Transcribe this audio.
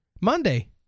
Monday